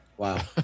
Wow